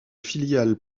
filiale